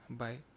bye